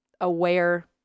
aware